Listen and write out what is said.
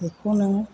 बेखौनो